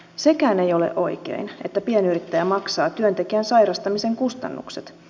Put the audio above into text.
sekään ei ole oikein että pienyrittäjä maksaa työntekijän sairastamisen kustannukset